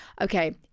okay